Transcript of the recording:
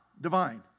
divine